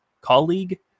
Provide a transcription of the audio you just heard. Colleague